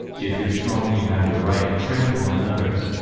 if you're strong you have the right to trample on others.